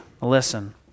Listen